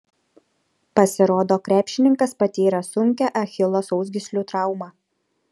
pasirodo krepšininkas patyrė sunkią achilo sausgyslių traumą